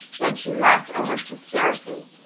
then she laughed almost hysterically.